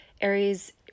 aries